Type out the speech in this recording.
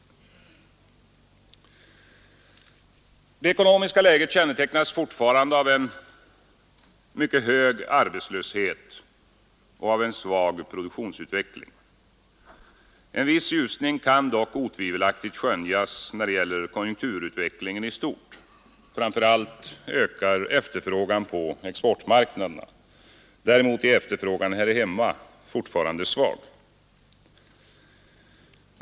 Det ekonomiska läget kännetecknas fortfarande av en mycket hög arbetslöshet och en svag produktionsutveckling. En viss ljusning kan dock otvivelaktigt skönjas när det gäller konjunkturutvecklingen i stort. Framför allt ökar efterfrågan på exportmarknaden. Däremot är efterfrågan här hemma fortfarande svag.